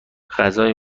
غذای